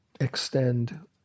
extend